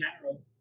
general